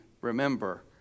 remember